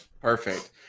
Perfect